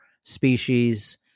species